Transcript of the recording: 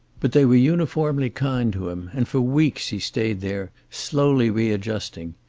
but they were uniformly kind to him, and for weeks he stayed there, slowly readjusting.